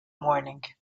morning